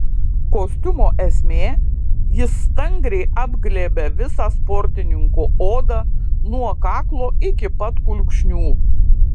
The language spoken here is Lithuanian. kostiumo esmė jis stangriai apglėbia visą sportininko odą nuo kaklo iki pat kulkšnių